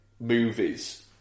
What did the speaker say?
movies